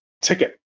ticket